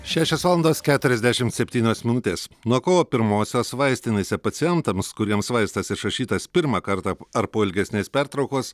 šešios valandos keturiasdešimt septynios minutės nuo kovo pirmosios vaistinėse pacientams kuriems vaistas išrašytas pirmą kartą ar po ilgesnės pertraukos